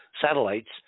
satellites